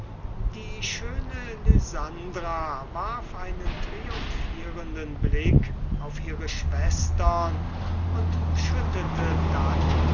die schöne lysandra warf einen triumphierenden blick auf ihre schwestern und schüttete dann